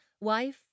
wife